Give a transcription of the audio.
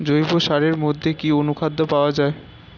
জৈব সারের মধ্যে কি অনুখাদ্য পাওয়া যায়?